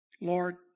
Lord